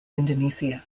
indonesia